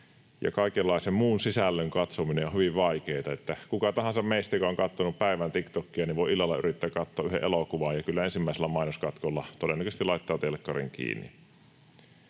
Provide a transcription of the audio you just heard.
kaikenlaisen muun sisällön katsominen on hyvin vaikeaa. Kuka tahansa meistä, joka on katsonut päivän TikTokia, voi illalla yrittää katsoa yhden elokuvan, ja kyllä ensimmäisellä mainoskatkolla todennäköisesti laittaa telkkarin kiinni.